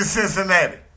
Cincinnati